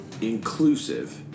inclusive